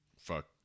fuck